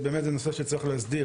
אז באמת זה נושא שצריך להסדיר,